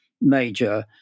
major